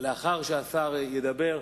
לאחר שהשר ידבר,